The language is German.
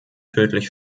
tödlich